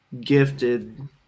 gifted